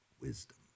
wisdom